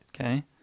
Okay